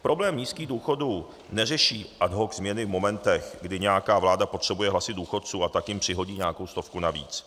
Problém nízkých důchodů neřeší ad hoc změny v momentech, kdy nějaká vláda potřebuje hlasy důchodců, a tak jim přihodí nějakou stovku navíc.